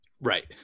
Right